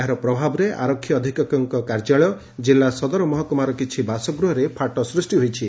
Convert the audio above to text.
ଏହାର ପ୍ରଭାବରେ ଆରକ୍ଷୀ ଅଧୃକ୍ଷକଙ୍କ କାର୍ଯ୍ୟାଳୟ ଜିଲ୍ଲା ସଦର ମହକୁମାର କିଛି ବାସଗୃହରେ ଫାଟ ସୃଷି ହୋଇଛି